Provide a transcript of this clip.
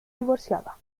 divorciada